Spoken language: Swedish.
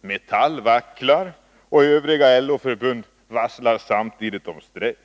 Metall vacklar och övriga LO-förbund varslar samtidigt om strejk.